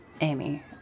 Amy